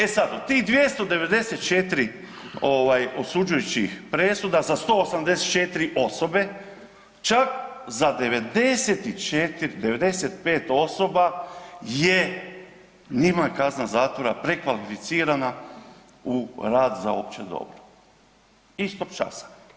E sad od 294 osuđujućih presuda za 184 osobe čak za 95 osoba je njima je kazna zatvora prekvalificirana u rad za opće dobro, istog časa.